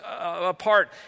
apart